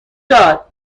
داد